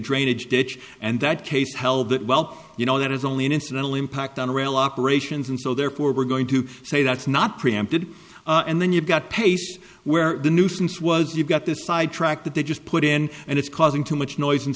drainage ditch and that case held that well you know that is only an incidental impact on rail operations and so therefore we're going to say that's not preempted and then you've got pace where the nuisance was you've got this side track that they just put in and it's causing too much noise and